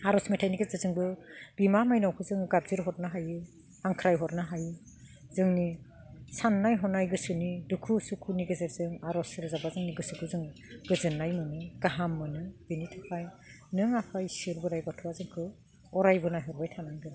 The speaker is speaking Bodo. आरज मेथाइनि गेजेरजोंबो बिमा माइनावखौ जों गाबज्रि हरनो हायो हांख्रायहरनो हायो जोंनि साननाय हनाय गोसोनि दुखु सुखुनि गेजेरजों आरज रोजाबब्ला जोंनि गोसोखौ जों गोजोननाय मोनो गाहाम मोनो बिनि थाखाय नों आफा इससोर बोराइ बाथौआ जोंखौ अराइबो नायहरबाय थानांगोन